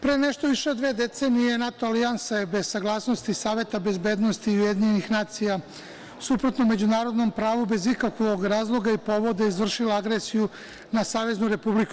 Pre nešto više od dve decenije NATO alijansa je bez saglasnosti Saveta bezbednosti UN suprotno međunarodnom pravu bez ikakvog razloga i povoda izvršila agresiju na SRJ.